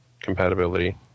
compatibility